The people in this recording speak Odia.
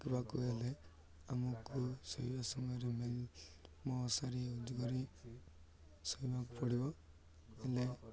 କରିବାକୁ ହେଲେ ଆମକୁ ଶୋଇବା ସମୟରେ ମଶାରି କରି ଶୋଇିବାକୁ ପଡ଼ିବ ହେଲେ